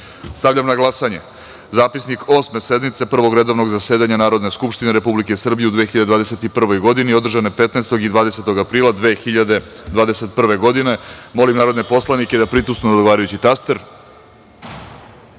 na glasanje zapisnik Osme sednice Prvog redovnog zasedanja Narodne skupštine Republike Srbije u 2021. godini, održane 15. i 20. aprila 2021. godine. Molim narodne poslanike da pritisnu odgovarajući